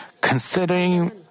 Considering